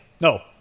No